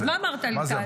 אז מה אמרת לי "תעלי"?